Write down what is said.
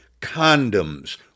condoms